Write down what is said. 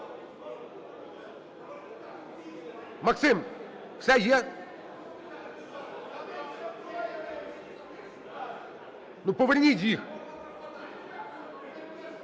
Максим, все, є? Ну, поверніть їх.